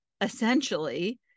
essentially